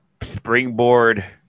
springboard